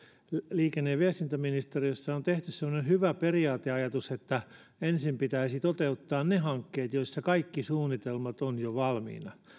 liikenne ja viestintäministeriössä on tehty semmoinen hyvä periaateajatus että ensin pitäisi toteuttaa ne hankkeet joissa kaikki suunnitelmat ovat jo valmiina